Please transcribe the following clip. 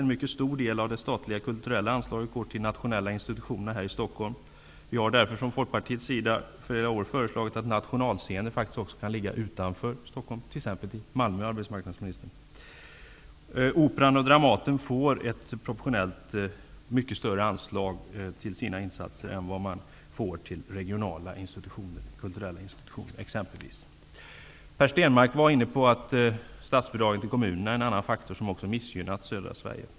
En mycket stor del av det statliga kulturella anslaget går till nationella institutioner i Stockholm. Vi har därför från Folkpartiets sida i flera år föreslagit att nationalscener faktiskt också skall kunna ligga utanför Stockholm, t.ex. i Malmö. Operan och Dramaten får ett proportionellt mycket större anslag till sina insatser än vad man får till regionala kulturella institutioner. Per Stenmarck var inne på att statsbidraget till kommunerna också är en faktor som missgynnat södra Sverige.